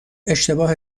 اشتباه